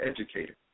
educator